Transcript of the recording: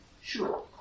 Sure